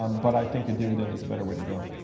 um but i think a dividend is a better way to go.